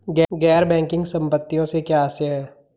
गैर बैंकिंग संपत्तियों से क्या आशय है?